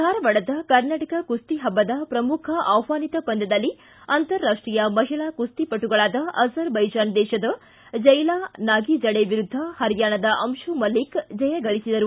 ಧಾರವಾಡದ ಕರ್ನಾಟಕ ಕುಸ್ತಿಹಬ್ಬದ ಶ್ರಮುಖ ಆಹ್ವಾನಿತ ಪಂದ್ಯದಲ್ಲಿ ಅಂತಾರಾಷ್ಟೀಯ ಮಹಿಳಾ ಕುಸ್ತಿಪಟುಗಳಾದ ಅಜರ್ಬೈಜಾನ್ ದೇಶದ ಜೈಲಾ ನಾಗಿಜಡೇ ವಿರುದ್ಧ ಹರಿಯಾಣದ ಅಂಶು ಮಲ್ಲಿಕ್ ಜಯಗಳಿಸಿದರು